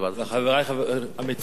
חברי המציעים,